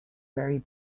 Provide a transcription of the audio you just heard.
very